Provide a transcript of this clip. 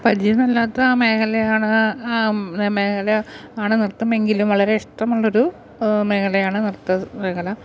പരിചയമില്ലാത്ത മേഖല ആണ് മേഖല ആണ് നൃത്തമെങ്കിലും വളരെ ഇഷ്ടമുള്ളൊരു മേഖലയാണ് നൃത്ത മേഖല